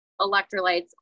electrolytes